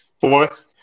fourth